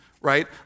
Right